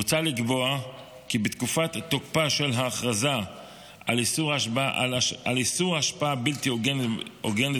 מוצע לקבוע כי בתקופת תוקפה של ההכרזה על איסור השפעה בלתי הוגנת